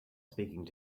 speaking